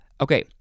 okay